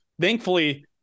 thankfully